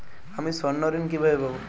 আমি স্বর্ণঋণ কিভাবে পাবো?